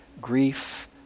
grief